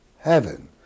Heaven